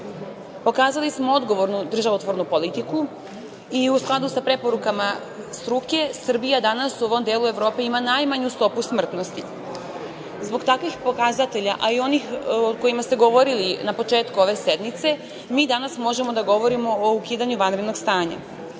smo odgovornu državotvornu politiku i u skladu sa preporukama struke, Srbija danas u ovom delu Evrope ima najmanju stopu smrtnosti. Zbog takvih pokazatelja, a i onih o kojima ste govorili na početku ove sednice, mi danas možemo da govorimo o ukidanju vanrednog stanja.